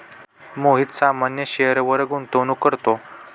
मोहित सामान्य शेअरवर गुंतवणूक करतो